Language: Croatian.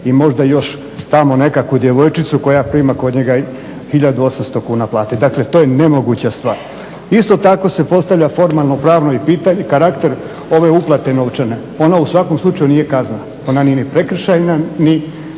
i možda još tamo nekakvu djevojčicu koja prima kod njega 1800 kuna plaće. Dakle to je nemoguća stvar. Isto tako se postavlja formalno pravno i pitanje, karakter ove uplate novčane. Ona u svakom slučaju nije kazna. Ona nije ni prekršajna ni